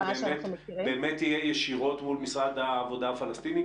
זה באמת יהיה ישירות מול משרד העבודה הפלסטיני,